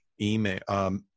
email